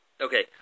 Okay